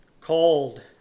called